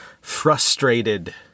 frustrated